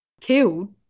killed